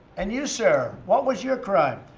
and you, sir, what was your crime?